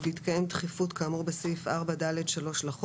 ובהתקיים דחיפות כאמור בסעיף 4(ד)(3)לחוק,